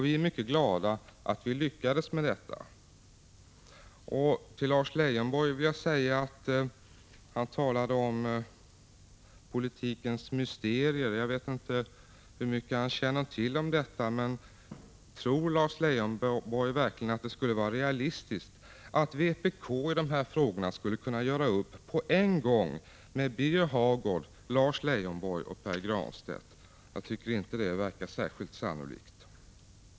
Vi är mycket glada över att vi lyckades med detta. Lars Leijonborg talade om politikens mysterier. Jag vet inte hur mycket han känner till om detta — men tycker Lars Leijonborg verkligen att det verkar realistiskt att vpk i dessa frågor skulle kunna göra upp på en gång med Birger Hagård, Lars Leijonborg och Pär Granstedt? Jag tycker inte att det verkar särskilt sannolikt.